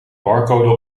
barcode